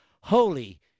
Holy